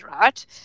right